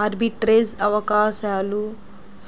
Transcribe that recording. arbitrage అవకాశాలు